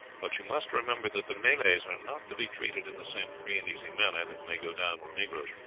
but you must remember that the malays are not to be treated in the same free and easy manner that may go down with negroes.